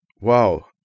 Wow